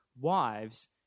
wives